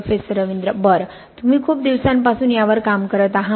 professor Ravindra बरं तुम्ही खूप दिवसांपासून यावर काम करत आहात